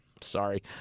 Sorry